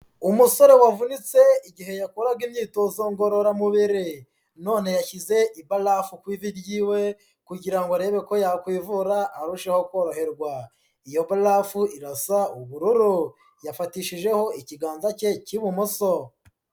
Umusore wavunitse igihe yakoraga imyitozo ngororamubiri, none yashyize ibarafu ku ivi ryiwe, kugira ngo arebe ko yakwivura arusheho koroherwa, iyo barafu irasa ubururu, yafatishijeho ikiganza cye cy'ibumoso.